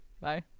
Bye